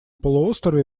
полуострове